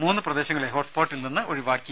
മൂന്ന് പ്രദേശങ്ങളെ ഹോട്ട്സ്പോട്ടിൽ നിന്ന് ഒഴിവാക്കി